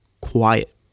quiet